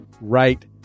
right